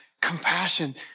compassion